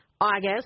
August